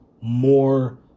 more